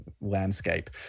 landscape